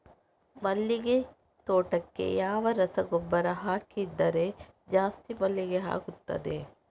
ಮಲ್ಲಿಗೆ ತೋಟಕ್ಕೆ ಯಾವ ರಸಗೊಬ್ಬರ ಹಾಕಿದರೆ ಜಾಸ್ತಿ ಮಲ್ಲಿಗೆ ಆಗುತ್ತದೆ?